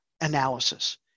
analysis